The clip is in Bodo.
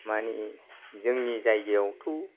माने जोंनि जायगायावथ'